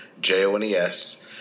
J-O-N-E-S